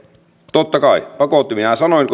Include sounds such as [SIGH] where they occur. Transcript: totta kai minähän sanoin [UNINTELLIGIBLE]